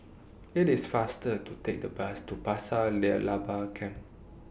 IT IS faster to Take The Bus to Pasir near Laba Camp